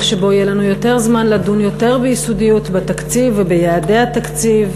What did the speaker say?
שבו יהיה לנו יותר זמן לדון יותר ביסודיות בתקציב וביעדי התקציב,